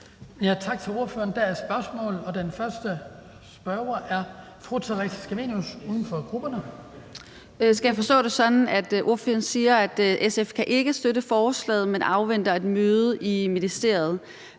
Tak til ordføreren. Der er spørgsmål, og den første spørger er fru Theresa Scavenius, uden for grupperne. Kl. 16:14 Theresa Scavenius (UFG): Skal jeg forstå det sådan, at ordføreren siger, at SF ikke kan støtte forslaget, men afventer et møde i ministeriet,